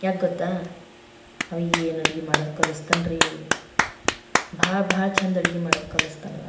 ಯಾಕೆ ಗೊತ್ತಾ ಅಲ ಏನು ಅಡುಗೆ ಮಾಡೋದು ಕಲಿಸ್ತಾನೆ ರೀ ಭಾಳ ಭಾಳ ಚೆಂದ ಅಡುಗೆ ಮಾಡೋದು ಕಲಿಸ್ತಾನವಾ